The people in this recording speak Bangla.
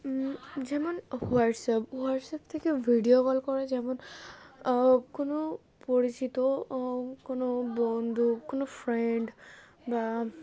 যেমন হোয়াটসঅ্যাপ হোয়াটসঅ্যাপ থেকে ভিডিও কল করে যেমন কোনো পরিচিত কোনো বন্ধু কোনো ফ্রেন্ড বা